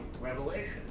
Revelation